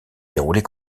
dérouler